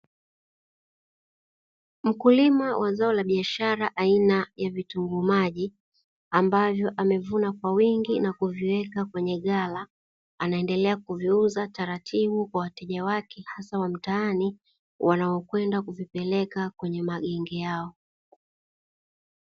Mkulima wa zao la biashara aina ya vitunguu maji ambavyo amevuna kwa wingi na kuviweka kwenye ghala, anaendelea kuviuza taratibu kwa wateja wake hasa wa mtaani wanaokwenda kuvipeleka kwenye magenge yao .